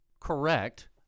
Correct